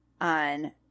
on